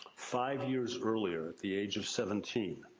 five years earlier, at the age of seventeen,